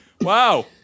Wow